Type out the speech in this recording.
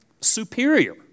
superior